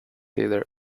either